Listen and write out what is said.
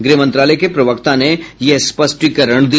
गृह मंत्रालय के प्रवक्ता ने यह स्पष्टीकरण दिया